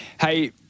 Hey